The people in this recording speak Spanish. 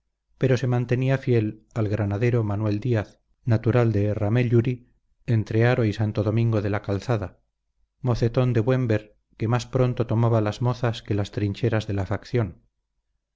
pero se mantenía fiel al granadero manuel díaz natural de herramélluri entre haro y santo domingo de la calzada mocetón de buen ver que más pronto tomaba las mozas que las trincheras de la facción